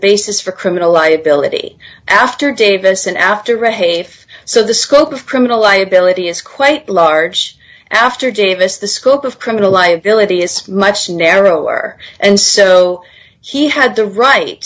basis for criminal liability after davis and after a so the scope of criminal liability is quite large after davis the scope of criminal liability is much narrower and so he had the right